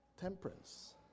Temperance